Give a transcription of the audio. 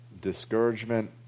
discouragement